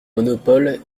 monopole